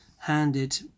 handed